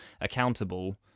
accountable